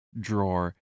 drawer